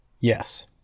Yes